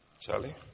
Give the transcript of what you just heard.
Charlie